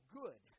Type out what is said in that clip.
good